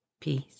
Peace